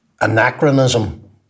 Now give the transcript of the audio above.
anachronism